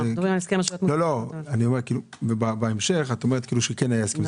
אנחנו מדברים על הסכם --- בהמשך את אומרת כאילו שכן היה הסכם,